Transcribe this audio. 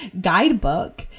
guidebook